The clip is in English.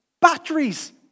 batteries